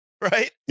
right